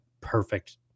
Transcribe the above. perfect